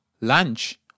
lunch